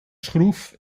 schroef